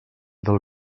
del